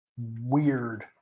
weird